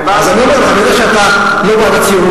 אני יודע שאתה לא בעד הציונות,